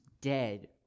dead